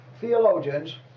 theologians